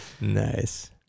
Nice